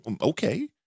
Okay